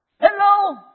Hello